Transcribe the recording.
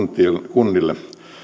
kunnille